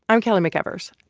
i'm kelly mcevers.